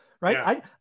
Right